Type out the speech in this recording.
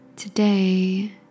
Today